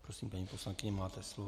Prosím, paní poslankyně, máte slovo.